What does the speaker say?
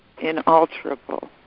inalterable